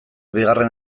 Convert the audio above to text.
bigarren